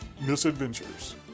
misadventures